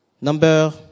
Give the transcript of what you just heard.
Number